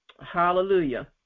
Hallelujah